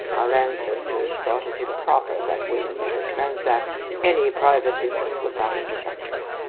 our ancestors thought it improper that women should transact any private business without a director.